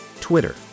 Twitter